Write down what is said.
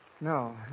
No